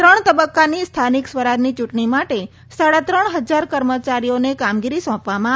ત્રણ તબક્કાની સ્થાનિક સ્વરાજની ચૂંટણી માટે સાડા ત્રણ હજાર કર્મચારીઓને કામગીરી સોંપવામાં આવી હતી